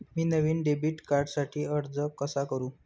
मी नवीन डेबिट कार्डसाठी अर्ज कसा करु?